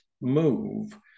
move